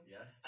Yes